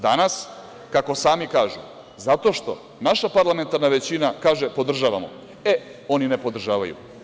Danas, kako sami kažu, zato što naša parlamentarna većina kaže podržavamo, oni ne podržavaju.